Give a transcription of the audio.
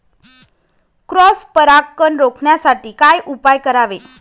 Cross परागकण रोखण्यासाठी काय उपाय करावे?